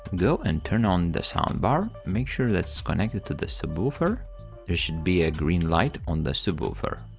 go and turn on the soundbar make sure that's connected to the subwoofer there should be a green light on the subwoofer.